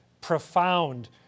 profound